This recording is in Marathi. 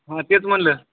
हा तेच म्हणलं